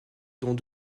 dont